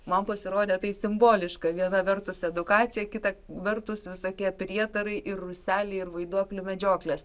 man pasirodė tai simboliška viena vertus edukacija kita vertus visokie prietarai ir rūseliai ir vaiduoklių medžioklės